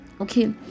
okay